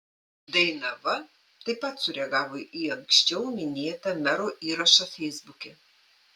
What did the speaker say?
dainava taip pat sureagavo į anksčiau minėtą mero įrašą feisbuke